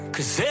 Cause